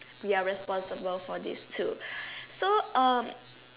we are responsible for this too so um